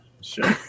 Sure